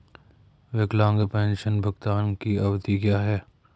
विकलांग पेंशन भुगतान की अवधि क्या है?